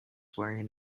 wearing